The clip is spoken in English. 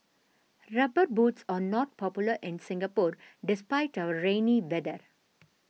rubber boots are not popular in Singapore despite our rainy weather